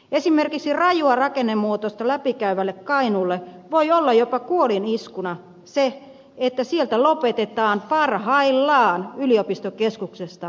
esimerkiksi rajua rakennemuutosta läpikäyvälle kainuulle voi olla jopa kuoliniskuna se että siellä lopetetaan parhaillaan yliopistokeskuksesta opiskelulinjoja